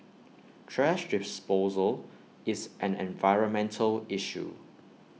thrash disposal is an environmental issue